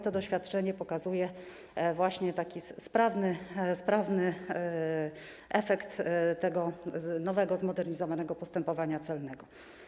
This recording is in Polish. To doświadczenie pokazuje właśnie sprawność jako efekt tego nowego, zmodernizowanego postępowania celnego.